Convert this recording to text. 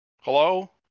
Hello